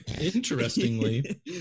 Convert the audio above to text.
interestingly